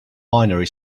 binary